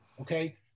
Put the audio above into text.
okay